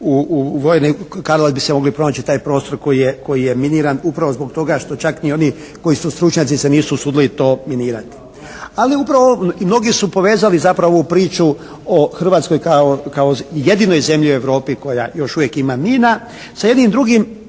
u vojarni Karlovac bi se mogli pronaći taj prostor koji je ministar upravo zbog toga što čak ni oni koji su stručnjaci se nisu usudili to minirati. Ali upravo, mnogi su povezali zapravo ovu priču o Hrvatskoj kao jedinoj zemlji u Europi koja još uvijek ima mina sa jednom drugom